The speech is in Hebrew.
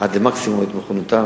עד למקסימום את מוכנותן